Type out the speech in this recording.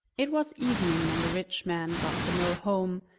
it was evening when the rich man got the mill home,